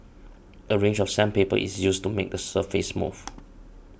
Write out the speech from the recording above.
a range of sandpaper is used to make the surface smooth